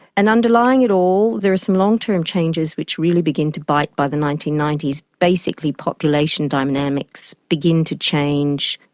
and underlying it all there are some long-term changes which really begin to bite by the nineteen ninety s, basically population dynamics begin to change.